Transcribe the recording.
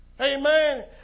Amen